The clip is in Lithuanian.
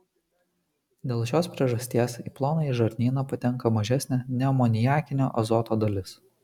dėl šios priežasties į plonąjį žarnyną patenka mažesnė neamoniakinio azoto dalis